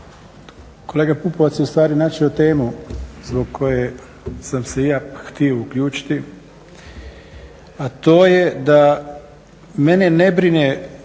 Kolega PUpovac je ustvari načeo temu zbog koje sam se i ja htio uključiti, a to je da mene ne brine,